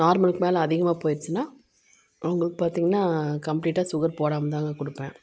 நார்மலுக்கு மேலே அதிகமாக போயிடுச்சுனா அவங்களுக்கு பார்த்தீங்கனா கம்ப்ளீட்டாக சுகர் போடாமல் தாங்க கொடுப்பேன்